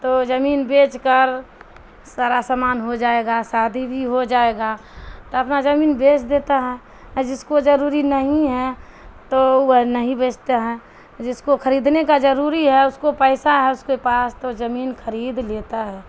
تو جمین بیچ کر سارا سامان ہو جائے گا سادی بھی ہو جائے گا تو اپنا جمین بیچ دیتا ہے جس کو ضروری نہیں ہے تو وہ نہیں بیچتے ہیں جس کو خریدنے کا ضروری ہے اس کو پیسہ ہے اس کے پاس تو جمین خرید لیتا ہے